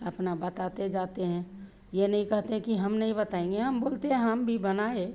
अपना बताते जाते हैं यह नहीं कहते हैं कि हम नहीं बताएँगे हम बोलते हैं हम भी बनाए